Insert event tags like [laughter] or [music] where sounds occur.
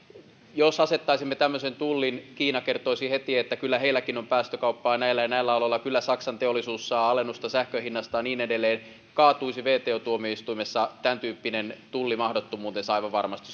jos asettaisimme tämmöisen tullin kiina kertoisi heti että kyllä heilläkin on päästökauppaa näillä ja näillä aloilla kyllä saksan teollisuus saa alennusta sähkön hinnasta ja niin edelleen vto tuomioistuimessa tämäntyyppinen tulli kaatuisi mahdottomuuteensa aivan varmasti [unintelligible]